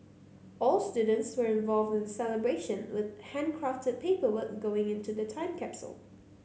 all students were involved in celebration with handcrafted paperwork going into the time capsule